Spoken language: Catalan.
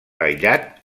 aïllat